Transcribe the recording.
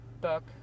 book